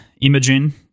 Imogen